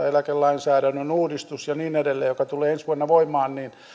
eläkelainsäädännön uudistus joka tulee ensi vuonna voimaan ja niin